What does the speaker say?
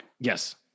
Yes